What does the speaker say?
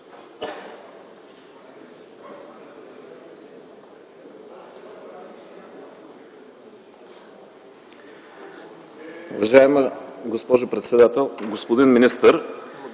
Уважаема госпожо председател! Господин министър,